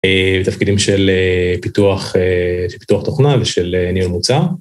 ותפקידים של פיתוח תוכנה ושל עניין מוצע.